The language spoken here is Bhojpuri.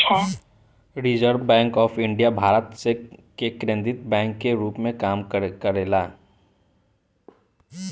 reserve bank of India Bharat के केंद्रीय बैंक के रूप में काम करेला